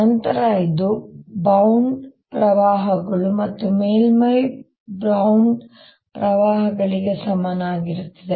ನಂತರ ಇದು ಬೌಂಡ್ ಪ್ರವಾಹಗಳು ಮತ್ತು ಮೇಲ್ಮೈ ಬೌಂಡ್ ಪ್ರವಾಹಗಳಿಗೆ ಸಮನಾಗಿರುತ್ತದೆ